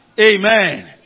Amen